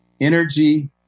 energy